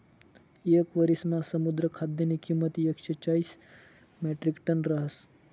येक वरिसमा समुद्र खाद्यनी किंमत एकशे चाईस म्याट्रिकटन रहास